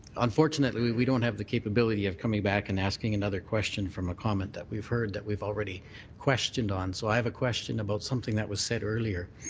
unfortunately we don't have the capability of coming back and asking another question from a comment that we've heard that we've already questioned on. so i have a question about something that was said earlier.